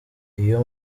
iyo